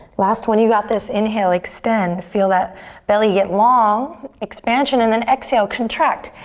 last one, you got this. inhale, extend. feel that belly get long. expansion and then exhale, contract.